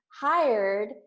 hired